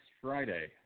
Friday